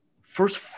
first